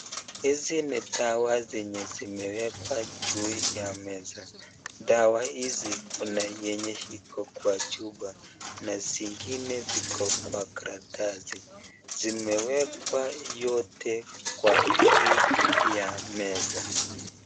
Hizi ni dawa zenye zimewekwa juu ya meza dawa hizi kuna yenye Iko kwa chupa na zingine ziko Kwa karatasi amewekwa yote kwa juu ya meza.